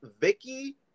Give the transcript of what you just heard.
Vicky